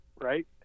right